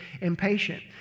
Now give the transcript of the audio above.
impatient